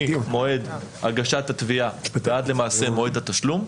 ממועד הגשת התביעה ועד למועד התשלום.